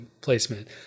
placement